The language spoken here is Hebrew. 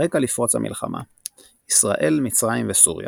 הרקע לפרוץ המלחמה ישראל, מצרים וסוריה